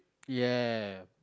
ya